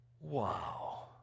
Wow